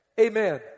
Amen